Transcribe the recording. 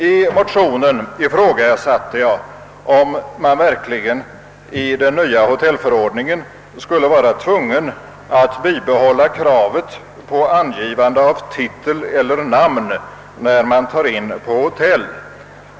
I motionen ifrågasatte jag om vi verkligen i den nya hotellförordningen skulle vara tvungna att bibehålla kravet på angivande av titel eller yrke när man tar in på hotell.